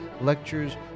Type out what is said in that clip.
lectures